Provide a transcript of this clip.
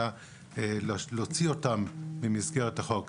אלא להוציא אותם ממסגרת החוק,